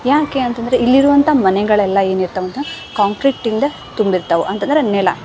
ಯಾಕೆ ಅಂತಂದರೆ ಇಲ್ಲಿರುವಂಥ ಮನೆಗಳೆಲ್ಲ ಏನು ಇರ್ತವಂತ ಕಾಂಕ್ರೀಟಿಂದ ತುಂಬಿರ್ತವೆ ಅಂತಂದ್ರೆ ನೆಲ